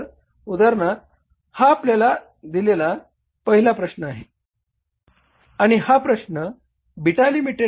तर उदाहरणार्थ हा आपल्याला दिलेला पहिला प्रश्न आहे आणि हा प्रश्न बीटा लि